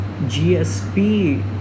GSP